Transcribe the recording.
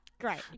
Great